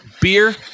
Beer